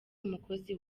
umukozi